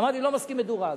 אמרתי: אני לא מסכים למדורג.